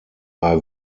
bei